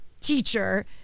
teacher